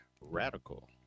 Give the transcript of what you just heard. radical